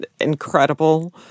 incredible